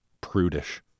prudish